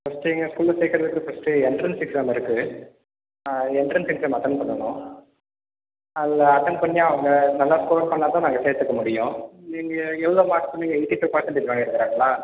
first எங்கள் ஸ்கூலில் சேர்க்கறதுக்கு ஃபர்ஸ்ட்டு எண்ட்ரன்ஸ் எக்ஸாம் இருக்கு ஆ எண்ட்ரன்ஸ் எக்ஸாம் அட்டன்ட் பண்ணணும் அதில் அட்டன்ட் பண்ணி அவங்க நல்லா ஸ்கோர் பண்ணால் தான் நாங்கள் சேர்த்துக்க முடியும் நீங்கள் எவ்வளோ மார்க் சொன்னிங்க எய்ட்டி ஃபைவ் பர்செண்டேஜ் வாங்கிருக்குறாங்களா